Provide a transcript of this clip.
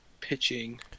pitching